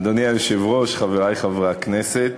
אדוני היושב-ראש, חברי חברי הכנסת,